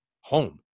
home